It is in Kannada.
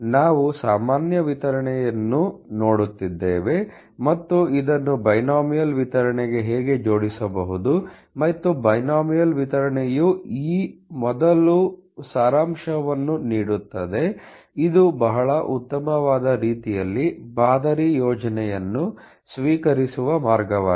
ನಾವು ಸಾಮಾನ್ಯ ವಿತರಣೆಯನ್ನು ನೋಡುತ್ತಿದ್ದೇವೆ ಮತ್ತು ಇದನ್ನು ಬೈನೋಮಿಯಲ್ ವಿತರಣೆಗೆ ಹೇಗೆ ಜೋಡಿಸಬಹುದು ಮತ್ತು ಬೈನೋಮಿಯಲ್ ವಿತರಣೆಯು ಈ ಮೊದಲು ಸಾರಾಂಶವನ್ನು ನೀಡುತ್ತಿದೆ ಇದು ಬಹಳ ಉತ್ತಮವಾದ ರೀತಿಯಲ್ಲಿ ಮಾದರಿ ಯೋಜನೆಯನ್ನು ಸ್ವೀಕರಿಸುವ ಮಾರ್ಗವಾಗಿದೆ